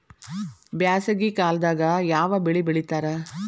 ಬ್ಯಾಸಗಿ ಕಾಲದಾಗ ಯಾವ ಬೆಳಿ ಬೆಳಿತಾರ?